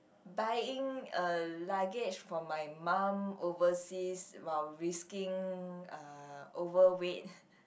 buying a luggage for my mum overseas while risking a overweight